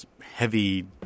heavy